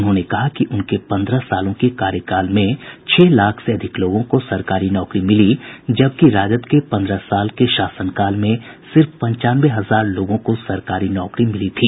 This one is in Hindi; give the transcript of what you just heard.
उन्होंने कहा कि उनके पन्द्रह सालों के कार्यकाल में छह लाख से अधिक लोगों को सरकारी नौकरी मिली जबकि राजद के पन्द्रह साल के शासनकाल में सिर्फ पंचानवे हजार लोगों को सरकारी नौकरी मिली थी